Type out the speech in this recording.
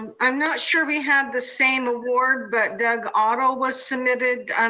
i'm not sure we have the same award, but doug otto was submitted.